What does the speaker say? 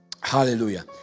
Hallelujah